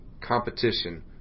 competition